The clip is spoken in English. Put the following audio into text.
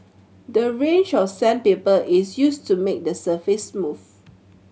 the range of sandpaper is used to make the surface smooth